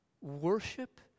worship